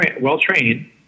well-trained